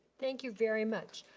thank you very much.